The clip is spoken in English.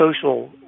social